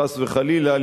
חס וחלילה,